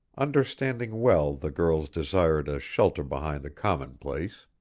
understanding well the girl's desire to shelter behind the commonplace.